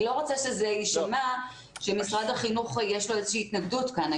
אני לא רוצה שיישמע שמשרד החינוך יש לו איזושהי התנגדות כאן.